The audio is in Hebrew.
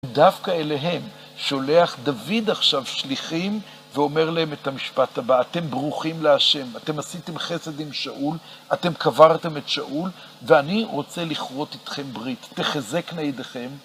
דווקא אליהם שולח דוד עכשיו שליחים, ואומר להם את המשפט הבא, אתם ברוכים להשם, אתם עשיתם חסד עם שאול, אתם קברתם את שאול, ואני רוצה לכרות אתכם ברית, תחזקנה ידיכם.